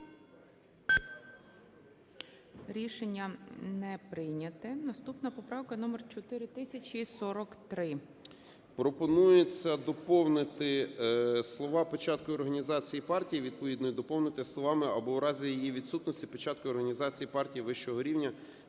Рішення не прийнято. Наступна поправка - номер 4043. 16:12:37 СИДОРОВИЧ Р.М. Пропонується доповнити слова "печаткою організації партії відповідної" доповнити словами "або у разі її відсутності печаткою організації партії вищого рівня"